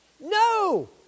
No